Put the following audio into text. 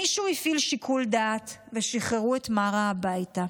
מישהו הפעיל שיקול דעת, ושחררו את מארה הביתה.